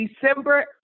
December